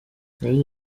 yagize